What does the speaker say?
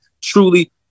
truly